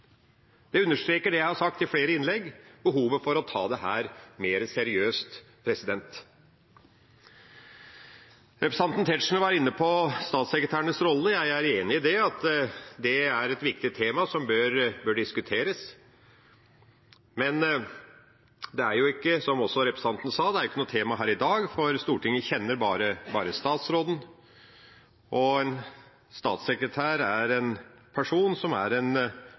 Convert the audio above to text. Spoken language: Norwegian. jeg har sagt i flere innlegg, behovet for å ta dette mer seriøst. Representanten Tetzschner var inne på statssekretærenes rolle. Jeg er enig i at det er et viktig tema som bør diskuteres, men som også representanten sa, er det ikke noe tema her i dag, for Stortinget kjenner bare statsråden, og en statssekretær er en person som er en